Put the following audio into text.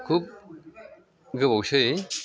खुब गोबावसै